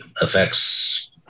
affects